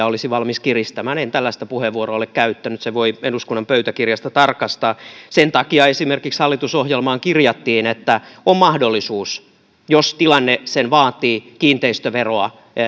olisi valmis veroja kiristämään en tällaista puheenvuoroa ole käyttänyt sen voi eduskunnan pöytäkirjasta tarkastaa sen takia esimerkiksi hallitusohjelmaan kirjattiin että on mahdollisuus jos tilanne sen vaatii kiinteistöveroa